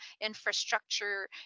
infrastructure